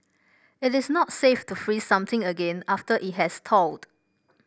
it is not safe to freeze something again after it has thawed